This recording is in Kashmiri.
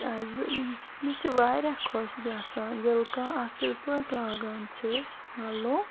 کیازِ مےٚ چھِ واریاہ خۄش گَژھان یہِ لاگُن ییٚلہِ کانٛہہ اصل پٲٹھۍ لاگان چھُ پَلو